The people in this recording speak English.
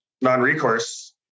non-recourse